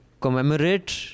Commemorate